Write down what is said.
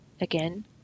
again